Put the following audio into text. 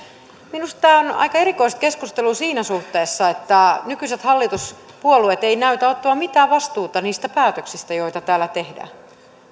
minusta tämä on aika erikoista keskustelua siinä suhteessa että nykyiset hallituspuolueet eivät näytä ottavan mitään vastuuta niistä päätöksistä joita täällä tehdään